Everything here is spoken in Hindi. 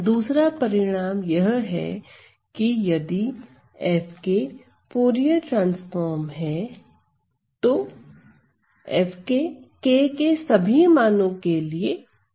दूसरा परिणाम यह है कि यदि F फूरिये ट्रांसफॉर्म है तो F k के सभी मानो के लिए कंटिन्यूअस है